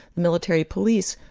military police,